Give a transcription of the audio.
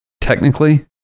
Technically